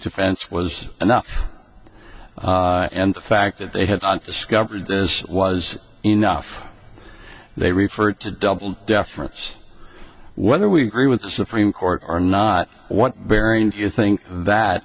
defense was enough and the fact that they had discovered this was enough they refer to double deference whether we agree with the supreme court or not what bearing you think that